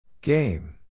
Game